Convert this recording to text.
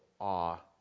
awe